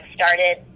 started